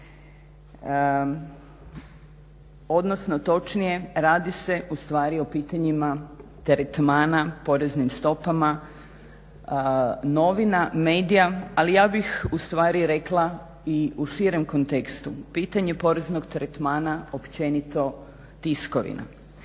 Odnosno točnije radi se ustvari o pitanjima tretmana poreznim stopama, novina, medija. Ali ja bih ustvari rekla i u širem kontekstu, pitanje poreznog tretmana općenito tiskovina.